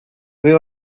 veo